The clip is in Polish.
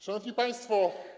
Szanowni Państwo!